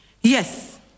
Yes